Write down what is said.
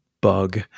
bug